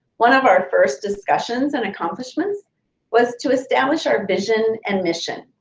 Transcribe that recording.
one of our first discussions and accomplishments was to establish our vision and mission.